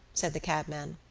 said the cabman.